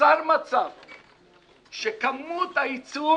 נוצר מצב שכמות הייצור